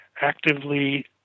actively